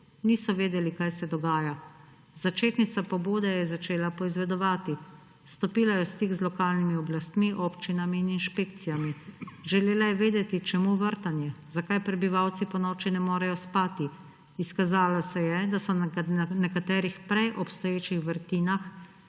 Niso vedeli, kaj se dogaja. Začetnica pobude je začela poizvedovati. Stopila je v stik z lokalnimi oblastmi, občinami in inšpekcijami. Želela je vedeti, čemu vrtanje, zakaj prebivalci ponoči ne morejo spati. Izkazalo se je, da so na nekaterih prej obstoječih vrtinah